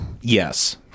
yes